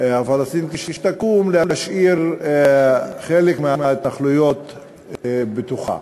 הפלסטינית כשתקום, להשאיר חלק מההתנחלויות בתוכה.